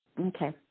Okay